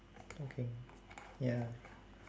okay ya